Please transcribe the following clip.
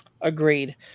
Agreed